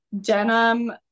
denim